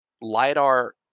LiDAR